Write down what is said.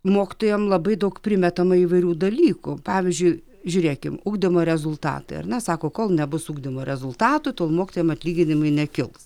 mokytojam labai daug primetama įvairių dalykų pavyzdžiui žiūrėkim ugdymo rezultatai ar ne sako kol nebus ugdymo rezultatų tol mokytojam atlyginimai nekils